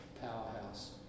powerhouse